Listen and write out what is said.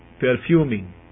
perfuming